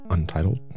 Untitled